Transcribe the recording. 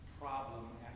problem